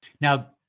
Now